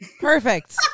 Perfect